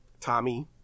Tommy